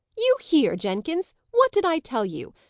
you hear, jenkins! what did i tell you?